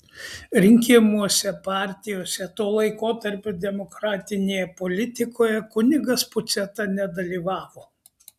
rinkimuose partijose to laikotarpio demokratinėje politikoje kunigas puciata nedalyvavo